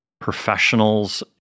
professionals